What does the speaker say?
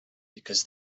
because